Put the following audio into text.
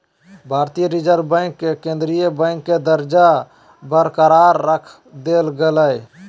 भारतीय reserve bank के केंद्रीय बैंक के दर्जा बरकरार रख देल गेलय